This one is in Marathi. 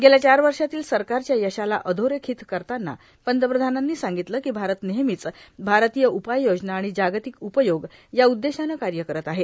गेल्या चार वर्षातील सरकारच्या यशाला अधोरेखित करतांना पंतप्रधानांनी सांगितले की भारत नेहमीच भारतीय उपाययोजना आणि जागतिक उपयोग या उद्देशाने कार्य करत आहे